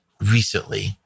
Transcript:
recently